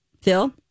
Phil